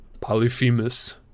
polyphemus